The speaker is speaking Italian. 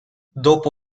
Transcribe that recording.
dopo